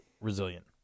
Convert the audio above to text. resilient